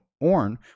Orn